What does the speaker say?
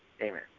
Amen